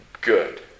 good